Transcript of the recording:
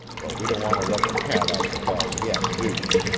but we don't want to let the cat out of the bag yet, do we?